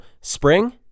spring